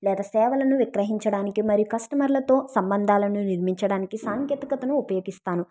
లేదా సేవలను విక్రహించడానికి మరియు కస్టమర్లతో సంబంధాలను నిర్మించడానికి సాంకేతికతను ఉపయోగిస్తాను